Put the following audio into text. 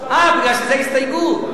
אה, בגלל שזאת הסתייגות.